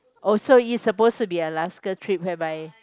or so is supposed to be Alaska trip whereby